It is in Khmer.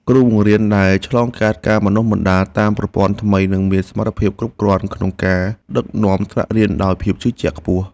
គ្រូបង្រៀនដែលឆ្លងកាត់ការបណ្តុះបណ្តាលតាមប្រព័ន្ធថ្មីនឹងមានសមត្ថភាពគ្រប់គ្រាន់ក្នុងការដឹកនាំថ្នាក់រៀនដោយភាពជឿជាក់ខ្ពស់។